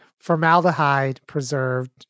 formaldehyde-preserved